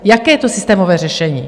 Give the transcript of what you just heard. Jaké je to systémové řešení?